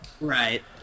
Right